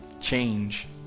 change